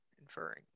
inferring